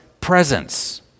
presence